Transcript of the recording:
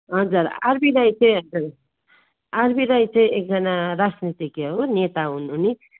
हजुर आरबी राई चाहिँ हजुर आरबी राई चाहिँ एकजना राजनीतिज्ञ हुन् नेता हुन् उनी